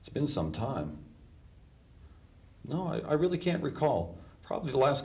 it's been some time no i really can't recall probably the last